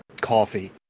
coffee